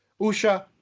Usha